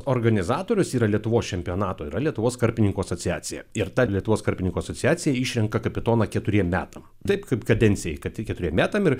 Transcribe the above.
organizatorius yra lietuvos čempionato yra lietuvos karpininkų asociacija ir ta lietuvos karpininkų asociacija išrenka kapitoną keturiem metams taip kaip kadencijai kad keturiem metams ir